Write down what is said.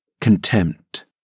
contempt